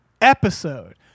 Episode